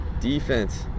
Defense